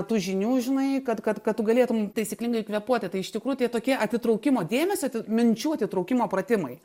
tų žinių žinai kad kad kad tu galėtum taisyklingai kvėpuoti tai iš tikrųjų tie tokie atitraukimo dėmesio minčių atitraukimo pratimai